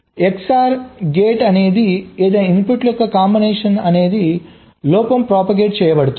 కాబట్టి XOR gate అనేది ఏదైనా ఇన్పుట్ల యొక్క కాంబినేషన్ అనేది లోపం ప్రొపాగేట్ చేయబడుతుంది